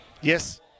Yes